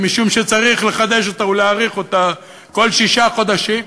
משום שצריך לחדש אותה ולהאריך אותה כל שישה חודשים.